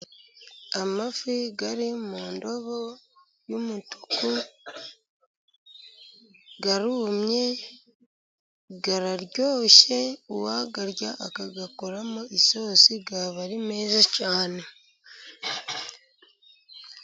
Amafi ari mu ndobo y'umutuku arumye, araryoshye. Uwayarya akayakoramo isosi, yaba ari nziza cyane.